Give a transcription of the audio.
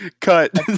cut